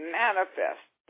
manifest